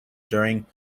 during